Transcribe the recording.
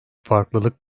farklılık